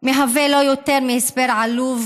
היא לא יותר מהסבר עלוב,